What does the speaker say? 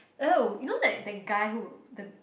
oh you know that that guy who the